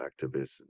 activists